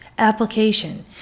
application